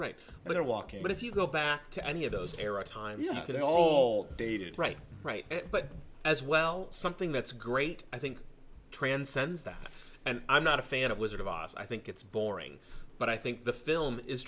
and they're walking but if you go back to any of those arrow time you get all dated right right but as well something that's great i think transcends that and i'm not a fan of wizard of oz i think it's boring but i think the film is